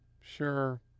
Sure